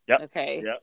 okay